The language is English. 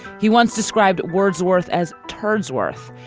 he once described wordsworth as turds worth.